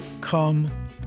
Come